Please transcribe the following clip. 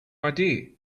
idea